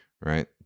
right